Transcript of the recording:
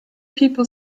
people